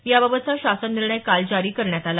याबाबतचा शासननिर्णय काल जारी करण्यात आला